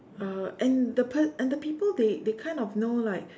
uh and the per~ and the people they they kind of know like